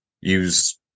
use